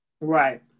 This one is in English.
right